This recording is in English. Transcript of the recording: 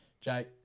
Jake